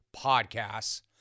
podcasts